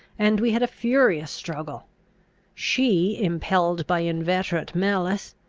and we had a furious struggle she impelled by inveterate malice,